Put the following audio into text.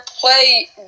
play